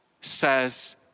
says